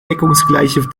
deckungsgleiche